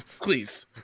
please